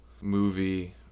movie